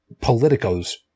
politicos